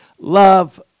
love